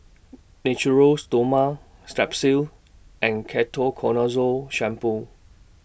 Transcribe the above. Natura Stoma Strepsils and Ketoconazole Shampoo